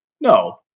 no